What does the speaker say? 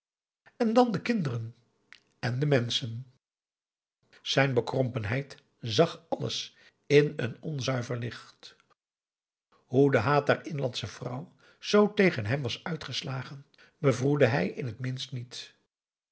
en dan de kinderen en de menschen zijn bekrompenheid zag alles in een onzuiver licht hoe de haat der inlandsche vrouw zoo tegen hem was uitgeslagen bevroedde hij in het minst niet